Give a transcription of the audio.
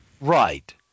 Right